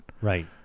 right